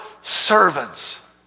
servants